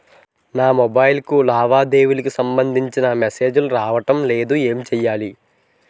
నాకు మొబైల్ కు లావాదేవీలకు సంబందించిన మేసేజిలు రావడం లేదు ఏంటి చేయాలి?